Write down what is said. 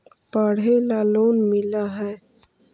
पढ़े ला लोन मिल है?